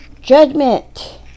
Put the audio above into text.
judgment